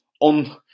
on